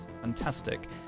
fantastic